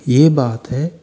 ये बात है